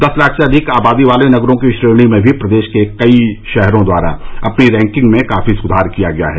दस लाख से अधिक आबादी वाले नगरों की श्रेणी में भी प्रदेश के कई शहरों द्वारा अपनी रैकिंग में काफी सुधार किया गया है